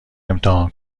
امتحان